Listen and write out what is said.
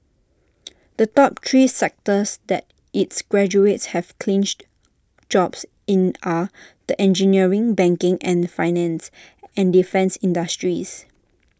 the top three sectors that its graduates have clinched jobs in are the engineering banking and finance and defence industries